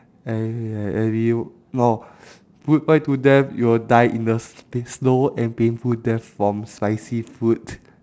eh and you no goodbye to them you will die in a s~ pai~ slow and painful death from spicy food